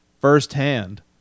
firsthand